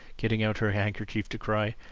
getting out her handkerchief to cry,